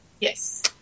Yes